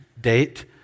date